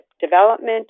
development